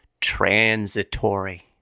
transitory